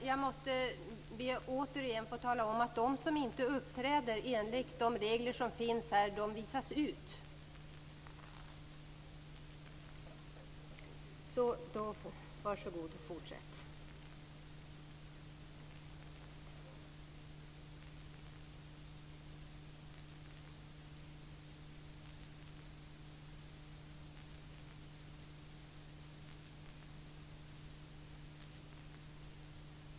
Jag måste be att återigen få tala om att de som inte uppträder enligt de regler som gäller här visas ut.